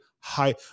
high